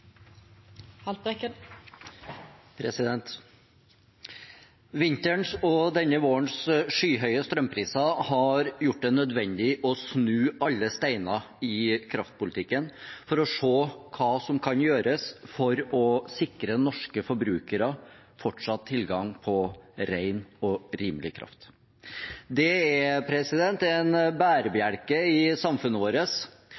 det nødvendig å snu alle steiner i kraftpolitikken for å se hva som kan gjøres for å sikre norske forbrukere fortsatt tilgang på ren og rimelig kraft. Det er en